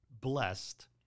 blessed